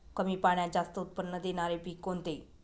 कमी पाण्यात जास्त उत्त्पन्न देणारे पीक कोणते?